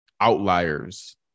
outliers